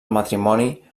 matrimoni